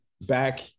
back